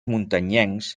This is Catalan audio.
muntanyencs